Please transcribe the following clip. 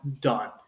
done